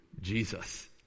Jesus